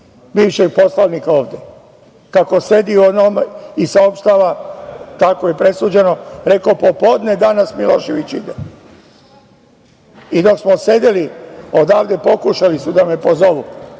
bivšeg poslanika ovde, kako sedi i saopštava kako je presuđeno. Rekao je popodne – danas Milošević ide. Dok smo sedili pokušali su da me pozovu